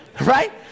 Right